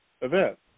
event